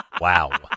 wow